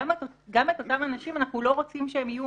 גם אותם אנשים אנחנו לא רוצים שהם יהיו